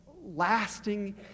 lasting